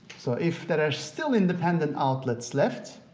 so if there are still independent outlets left,